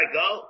go